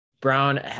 Brown